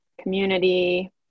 community